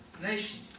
nation